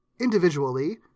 individually